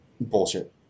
Bullshit